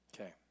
Okay